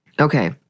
Okay